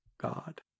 God